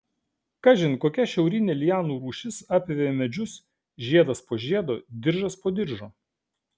kažin kokia šiaurinė lianų rūšis apveja medžius žiedas po žiedo diržas po diržo